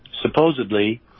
supposedly